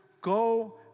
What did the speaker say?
go